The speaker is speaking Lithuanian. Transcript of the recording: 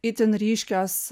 itin ryškios